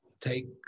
Take